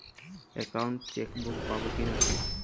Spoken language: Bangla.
একাউন্ট চেকবুক পাবো কি না?